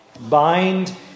Bind